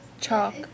chalk